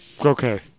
Okay